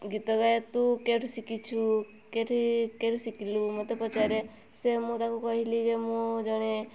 ଗୀତ ଗାଏ ତୁ କେଉଁଠୁ ଶିଖିଛୁ ଶିଖିଲୁ ମୋତେ ପଚାରେ ସେ ମୁଁ ତାକୁ କହିଲି ଯେ ମୁଁ ଜଣେ